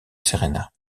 serena